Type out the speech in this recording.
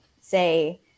say